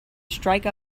strike